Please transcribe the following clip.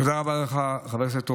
תודה רבה לך, חבר הכנסת רוט.